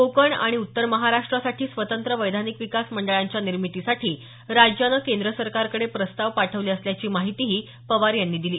कोकण आणि उत्तर महाराष्ट्रासाठी स्वतंत्र वैधानिक विकास मंडळांच्या निर्मितीसाठी राज्यानं केंद्र सरकारकडे प्रस्ताव पाठवले असल्याची माहितीही त्यांनी दिली